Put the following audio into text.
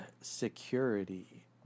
security